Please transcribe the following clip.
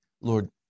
Lord